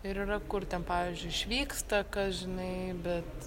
ir yra kur ten pavyzdžiui išvyksta kas žinai bet